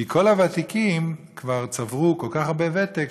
כי כל הוותיקים כבר צברו כל כך הרבה ותק,